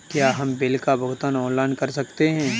क्या हम बिल का भुगतान ऑनलाइन कर सकते हैं?